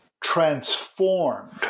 transformed